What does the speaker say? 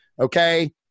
Okay